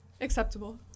acceptable